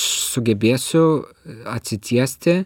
sugebėsiu atsitiesti